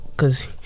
Cause